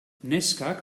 neskak